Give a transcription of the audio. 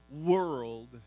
world